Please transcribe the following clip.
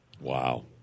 Wow